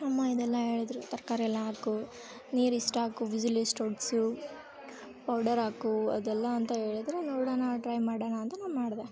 ಅಮ್ಮ ಇದೆಲ್ಲ ಹೇಳಿದ್ರು ತರಕಾರಿ ಎಲ್ಲ ಹಾಕು ನೀರು ಇಷ್ಟು ಹಾಕು ವಿಝಿಲ್ ಇಷ್ಟು ಹೊಡ್ಸು ಪೌಡರ್ ಹಾಕು ಅದೆಲ್ಲ ಅಂತ ಹೇಳ್ದ್ರೆ ನೋಡಣ ಟ್ರೈ ಮಾಡಣ ಅಂತ ನಾನು ಮಾಡಿದೆ